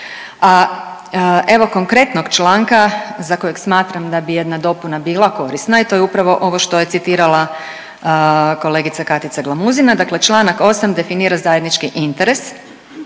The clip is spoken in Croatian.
A evo konkretnog članka za kojeg smatram da bi jedna dopuna bila korisna i to je upravo ovo što je citirala kolegica Katica Glamuzina. Dakle, članak 8. definira zajednički interes